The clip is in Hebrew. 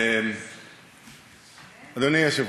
אדוני היושב-ראש,